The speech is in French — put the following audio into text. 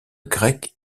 grec